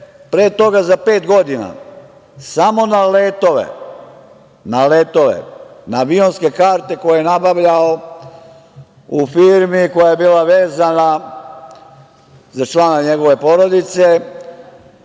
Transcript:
pre toga za pet godina samo na letove, na avionske karte koje je nabavljao u firmi koja je bila vezana za člana njegove porodice,